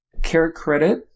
CareCredit